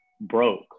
broke